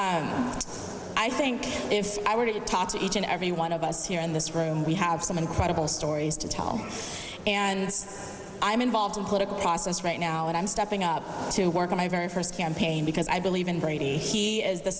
and i think if i were to talk to each and every one of us here in this room we have some incredible stories to tell and i'm involved in political process right now and i'm stepping up to work on my very first campaign because i believe in brady he is the